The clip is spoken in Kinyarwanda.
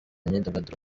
imyidagaduro